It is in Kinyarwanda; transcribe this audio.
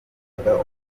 numvaga